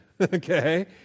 okay